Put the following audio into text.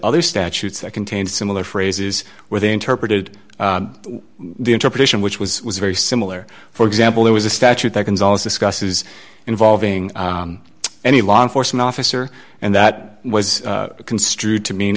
other statutes that contain similar phrases where they interpreted the interpretation which was very similar for example there was a statute that gonzales discusses involving any law enforcement officer and that was construed to mean